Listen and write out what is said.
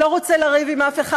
לא רוצה לריב עם אף אחד.